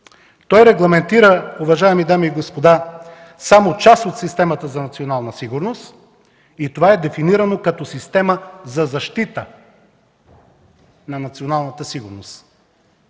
той регламентира само част от системата за национална сигурност и това е дефинирано като система за защита на националната сигурност.